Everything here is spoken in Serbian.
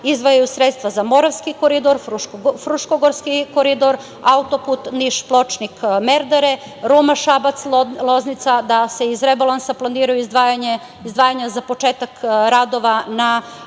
izdvajaju sredstva za Moravski koridor, Fruškogorski koridor, autoput Niš-Pločnik-Merdare, Ruma-Šabac-Loznica, da se iz rebalansa planiraju izdvajanja za početak radova na